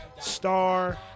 star